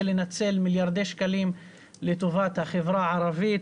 לנצל מיליארדי שקלים לטובת החברה הערבית.